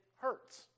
hurts